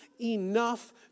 enough